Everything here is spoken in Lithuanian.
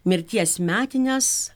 mirties metines